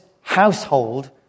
household